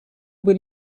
will